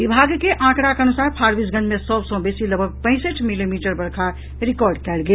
विभाग के आंकड़ाक अनुसार फारबिसगंज मे सबसॅ बेसी लगभग पैंसठि मिलीमीटर वर्षा रिकॉर्ड कयल गेल